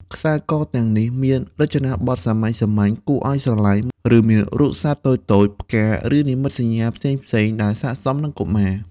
ខ្សែកទាំងនេះមានរចនាបថសាមញ្ញៗ គួរឱ្យស្រឡាញ់ ឬមានរូបសត្វតូចៗ ផ្កា ឬនិមិត្តសញ្ញាផ្សេងៗ ដែលស័ក្តិសមនឹងកុមារ។